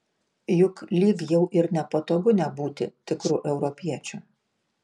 juk lyg jau ir nepatogu nebūti tikru europiečiu